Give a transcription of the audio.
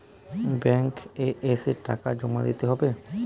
Bank এ এসে টাকা জমা দিতে হবে?